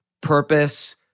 purpose